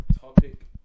Topic